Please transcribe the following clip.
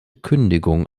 kündigung